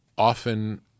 Often